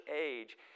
age